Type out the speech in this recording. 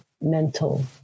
mental